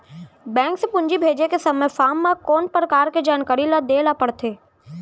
Bank से पूंजी भेजे के समय फॉर्म म कौन परकार के जानकारी ल दे ला पड़थे?